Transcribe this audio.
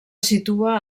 situa